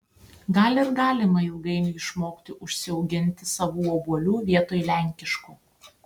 gal ir galima ilgainiui išmokti užsiauginti savų obuolių vietoj lenkiškų